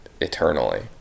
eternally